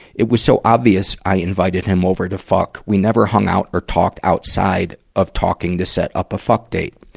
it was so obvious i invited him over to fuck. we never hung out or talked outside of talking to set up a fuck date.